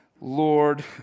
Lord